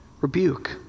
rebuke